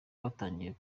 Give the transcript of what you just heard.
watangiye